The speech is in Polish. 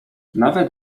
nawet